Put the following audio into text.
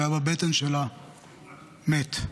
שהיה בבטן שלה, מת.